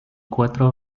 cuatro